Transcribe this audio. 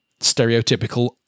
stereotypical